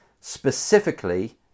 specifically